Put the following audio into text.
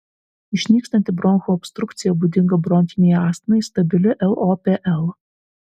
išnykstanti bronchų obstrukcija būdinga bronchinei astmai stabili lopl